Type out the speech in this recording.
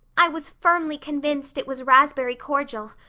i was firmly convinced it was raspberry cordial.